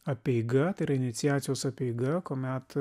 apeiga tai yra iniciacijos apeiga kuomet